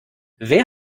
wer